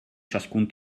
ciascun